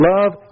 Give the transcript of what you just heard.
Love